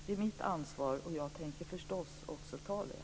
Det är mitt ansvar, och jag tänker förstås också ta det.